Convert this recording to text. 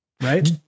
Right